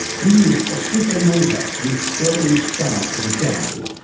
he used a supernova, an exploding star, as a guide.